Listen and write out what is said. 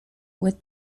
with